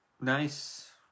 Nice